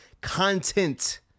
content